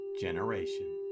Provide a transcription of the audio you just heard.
generation